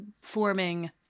forming